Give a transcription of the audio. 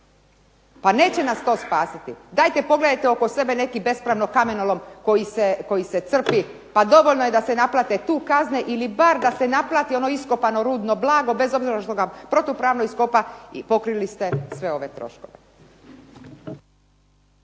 Pa neće nas to spasiti. Dajete pogledajte oko sebe neki bespravni kamenolom koji se crpi pa dovoljno je da se tu naplate kazne ili bar da se naplati ono iskopano rudno blago bez obzira što ga protupravno iskopa i pokrili ste sve ove troškove.